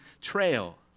trail